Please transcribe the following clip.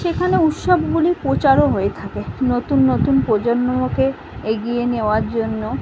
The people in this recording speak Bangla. সেখানে উৎসবগুলির প্রচারও হয়ে থাকে নতুন নতুন প্রজন্মকে এগিয়ে নেওয়ার জন্য